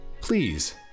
please